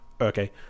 Okay